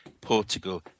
Portugal